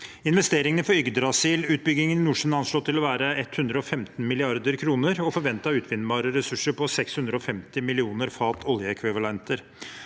Investeringene for Yggdrasil-utbyggingen i Nordsjøen anslås til å være 115 mrd. kr og med forventet utvinnbare ressurser på 650 millioner fat oljeekvivalenter.